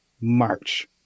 March